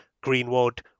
Greenwood